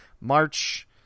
march